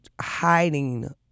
hiding